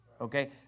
Okay